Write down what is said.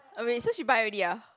oh wait so she buy already ah